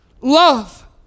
Love